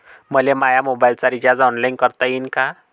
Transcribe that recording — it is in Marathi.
मले माया मोबाईलचा रिचार्ज ऑनलाईन करता येईन का?